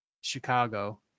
chicago